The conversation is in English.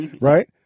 Right